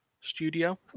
Studio